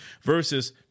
versus